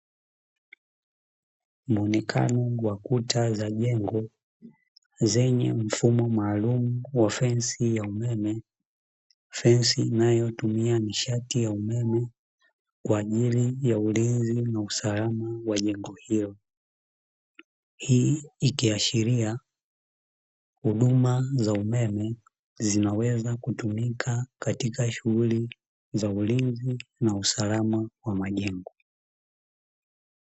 Muonekano wakuta za jengo zenye mfumo maalumu wa fensi ya umeme, fensi inayotumia nishati ya umeme kwa ajili ya ulinzi na usalama wa jengo hilo, hii ikiashiria huduma za umeme zinaweza kutumika katika shughuli za ulinzi na usalama wa majengo.